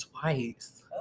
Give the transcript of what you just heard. twice